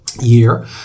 year